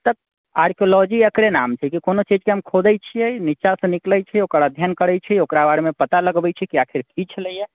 तऽ आर्कलॉजी एकरे नाम छै कि कोनो चीजके हम खोदैत छिऐ निचाँसँ निकलै छै ओकर अध्ययन करैत छै ओकरा बारेमे पता लगबैत छै कि आखिर की छलैए